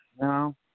No